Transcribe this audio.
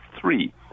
three